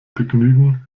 begnügen